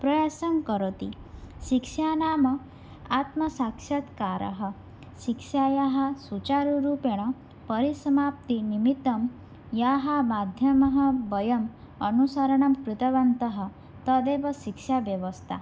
प्रयासं करोति शिक्षा नाम आत्मसाक्षात्कारः शिक्षायाः सुचारुरूपेण परिसमाप्तिनिमित्तं यं माध्यमं वयम् अनुसरणं कृतवन्तः तदेव शिक्षाव्यवस्था